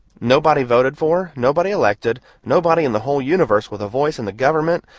nobody voted for, nobody elected, nobody in the whole universe with a voice in the government,